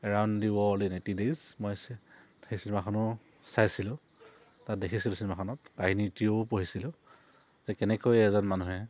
around the world in eighty days মই সেই চিনেমাখনো চাইছিলোঁ তাত দেখিছিলোঁ চিনেমাখনত কাহিনীটিও পঢ়িছিলোঁ যে কেনেকৈ এজন মানুহে